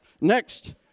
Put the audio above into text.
Next